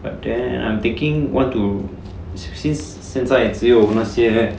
but then I'm thinking want to since 现在只有那些